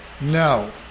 no